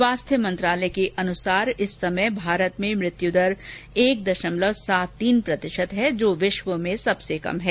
स्वास्थ्य मंत्रालय के अनुसार इस समय भारत में मृत्यु दर एक दशमलव सात तीन प्रतिशत है जो विश्व में सबसे कम है